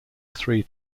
three